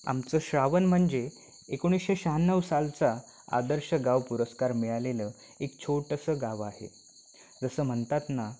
आमचं श्रावण म्हणजे एकोणीसशे शहाण्णव सालचा आदर्श गाव पुरस्कार मिळालेलं एक छोटंसं गाव आहे जसं म्हणतात ना